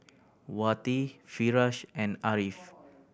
Wati Firash and Ariff